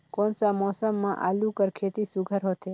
कोन सा मौसम म आलू कर खेती सुघ्घर होथे?